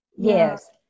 Yes